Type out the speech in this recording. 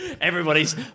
everybody's